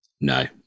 No